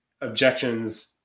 objections